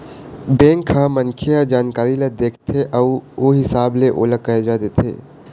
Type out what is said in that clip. bank ह मनखे के जानकारी ल देखथे अउ ओ हिसाब ले ओला करजा देथे